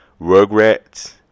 Rugrats